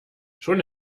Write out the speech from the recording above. schon